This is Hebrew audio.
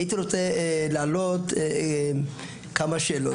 הייתי רוצה להעלות כמה שאלות.